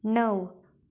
णव